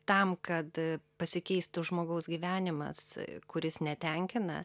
tam kad pasikeistų žmogaus gyvenimas kuris netenkina